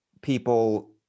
people